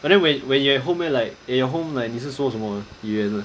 but then when when you at home eh like when you at home like 你是说什么语言 ah